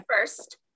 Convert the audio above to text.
first